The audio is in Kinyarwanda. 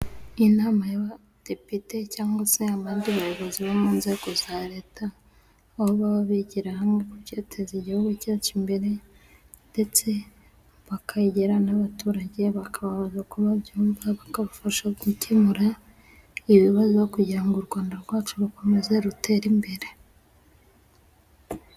Inama y'abadepite cyangwa se abandi bayobozi bo mu nzego za Leta, aho baba bigira hamwe ku byateza Igihugu cyacu imbere, ndetse bakegera n'abaturage bakababaza uko babyumva, bakabafasha gukemura ibibazo kugira ngo u Rwanda rwacu rukomeze rutere imbere.